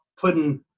putting